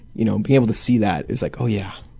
you know being able to see that, it's like, oh yeah.